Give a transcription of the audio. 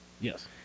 Yes